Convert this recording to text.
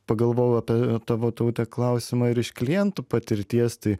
pagalvoju apie tavo taute klausimą ir iš klientų patirties tai